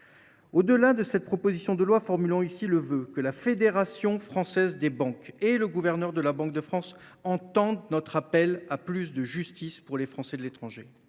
Au delà de cette proposition de loi, formons ici le vœu que la Fédération bancaire française (FBF) et le gouverneur de la Banque de France entendent notre appel à plus de justice pour les Français de l’étranger.